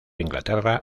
inglaterra